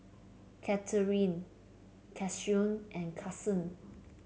Katherine Cassius and Carsen